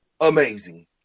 amazing